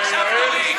עכשיו תורי,